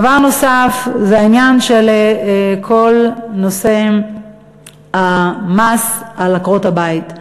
דבר נוסף זה כל נושא המס על עקרות-הבית.